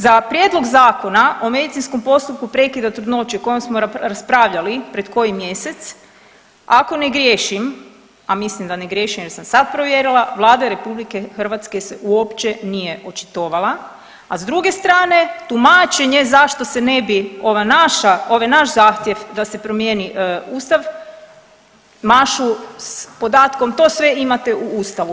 Za prijedlog Zakona o medicinskom postupku prekida trudnoće o kojem raspravljali pred koji mjesec ako ne griješim, a mislim da ne griješim jer sam sad provjerila Vlada RH se uopće nije očitovala, a s druge strane tumačenje zašto se ne bi ova naša, ovaj naš zahtjev da se promijeni Ustav mašu s podatkom to sve imate u Ustavu.